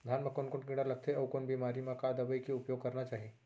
धान म कोन कोन कीड़ा लगथे अऊ कोन बेमारी म का दवई के उपयोग करना चाही?